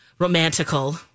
romantical